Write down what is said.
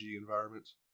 environments